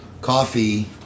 coffee